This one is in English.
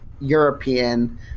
European